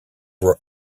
were